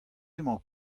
emañ